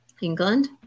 England